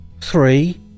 three